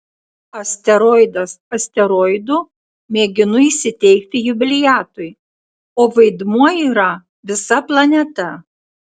asteroidas asteroidu mėginu įsiteikti jubiliatui o vaidmuo yra visa planeta